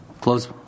Close